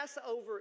Passover